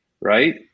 right